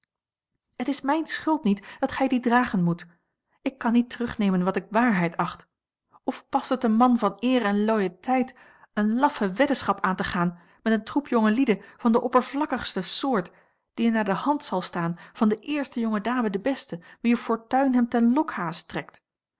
het is mijne schuld niet dat gij dien dragen moet ik kan niet terugnemen wat ik waarheid acht of past het een man van eer en loyauteit eene laffe weddenschap aan te gaan met een troep jongelieden van de oppervlakkigste soort dat hij naar de hand zal staan van de eerste jonge dame de beste wier fortuin hem ten lokaas strekt